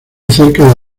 cerca